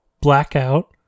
blackout